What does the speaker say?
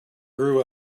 grew